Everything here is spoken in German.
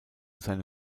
seine